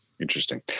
Interesting